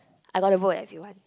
I got the book eh if you want